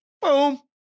boom